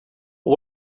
but